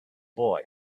boy